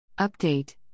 Update